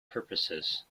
purposes